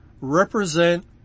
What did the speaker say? represent